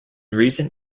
recent